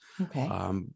Okay